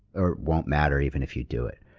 or won't matter even if you do it.